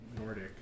Nordic